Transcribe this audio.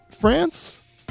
France